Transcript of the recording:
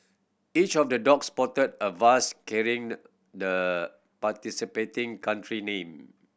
each of the dog sported a vest carrying the participating country name